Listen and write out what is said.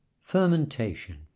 Fermentation